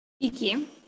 Iki